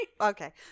okay